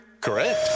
Correct